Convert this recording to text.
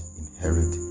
inherit